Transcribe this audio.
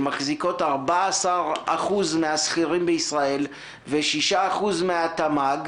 שמחזיקים 14% מן השכירים בישראל ו-6% מן התמ"ג,